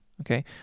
okay